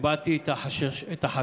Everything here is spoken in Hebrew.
הבעתי את החשש